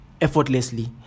effortlessly